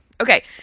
Okay